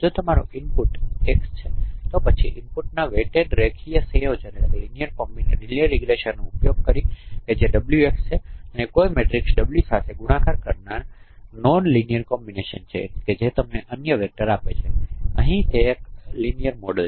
જો તમારું input x છે તો પછી ઇનપુટ નાં વેટેડ રેખીય સંયોજનનો ઉપયોગ કરો જે Wx છે તે કોઈ પણ મેટ્રિક્સ w સાથે ગુણાકાર કરનારા નોન રેખીય સંયોજન છે જે તમને અન્ય વેક્ટર્સ આપે છે અહીં એક રેખીય મોડેલ છે